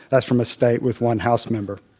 that's from a state with one house member.